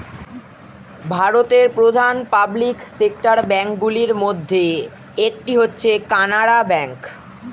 ভারতের প্রধান public sector bank গুলির মধ্যে একটি হচ্ছে কানারা ব্যাঙ্ক